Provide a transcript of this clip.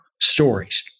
stories